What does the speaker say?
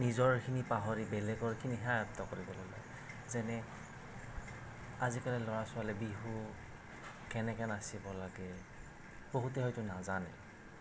নিজৰখিনি পাহৰি বেলেগৰখিনিহে আয়ত্ব কৰিবলৈ লয় যেনে আজিকালিৰ ল'ৰা ছোৱালীয়ে বিহু কেনেকে নাচিব লাগে বহুতে হয়তো নাজানে